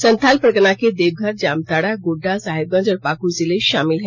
संथाल परगना के देवघर जामताड़ा गोड्डा साहिबगंज और पाकुड़ जिले शामिल हैं